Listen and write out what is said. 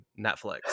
Netflix